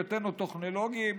בהיותנו טכנולוגיים,